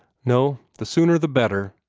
no, the sooner the better,